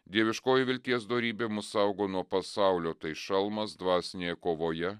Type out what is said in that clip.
dieviškoji vilties dorybė mus saugo nuo pasaulio tai šalmas dvasinėje kovoje